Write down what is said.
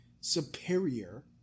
superior